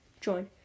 join